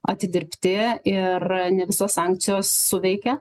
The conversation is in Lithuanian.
atidirbti ir ne visos sankcijos suveikia